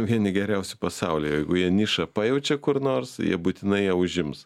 vieni geriausių pasaulyje jeigu jie nišą pajaučia kur nors jie būtinai ją užims